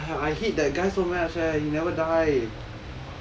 !wah! I hate that guy so much eh he never die